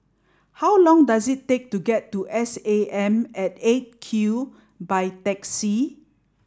how long does it take to get to S A M at eight Q by taxi